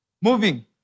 moving